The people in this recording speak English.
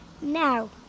Now